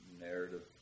narrative